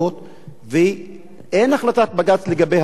ואין החלטת בג"ץ לגב אותם בתים.